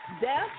Death